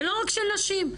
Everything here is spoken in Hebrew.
ולא רק של נשים.